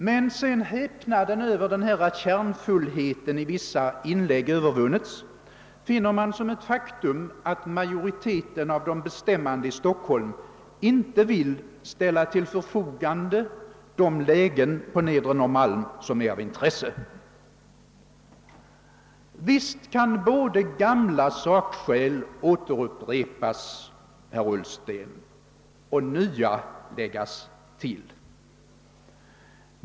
Men sedan häpnaden över kärnfullheten i vissa inlägg övervunnits finner man som ett faktum, att majoriteten av de beslutande myndigheterna i Stockholm inte vill ställa till förfogande de lägen på Nedre Norrmalm som är av intresse. Visst kan både gamla sakskäl återupprepas, herr Ullsten, och nya läggas till.